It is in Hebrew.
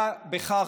היה בכך,